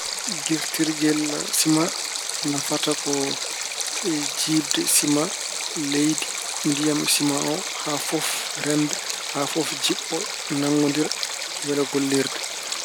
Giirtirgel sima nafata ko jiiɓde sima, leydi, ndiyam sima o, haa fof rennda, haa fof jiɓɓo nanngondira, wela gollirde.